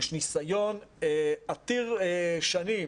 יש ניסיון עתיר שנים